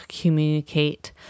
communicate